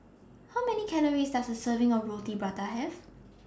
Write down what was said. How Many Calories Does A Serving of Roti Prata Have